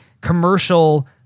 commercial